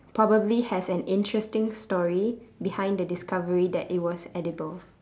probably has an interesting story behind the discovery that it was edible